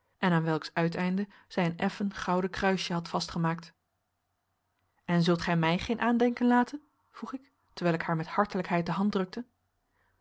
en aan welks uiteinde zij uiteinde zij een effen gouden kruisje had vastgemaakt en zult gij mij geen aandenken laten vroeg ik terwijl ik haar met hartelijkheid de hand drukte